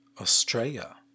Australia